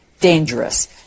dangerous